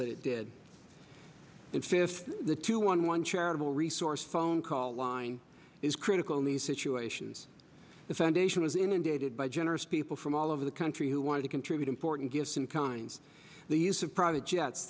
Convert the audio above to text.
it did in fifty the two one one charitable resource phone call line is critical in these situations the foundation was inundated by generous people from all over the country who wanted to contribute important gifts in kind the use of private jets